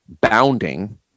bounding